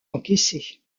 encaissée